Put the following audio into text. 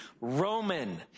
Roman